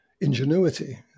ingenuity